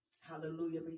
hallelujah